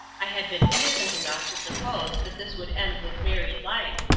i had been innocent enough to suppose that this would end with married life,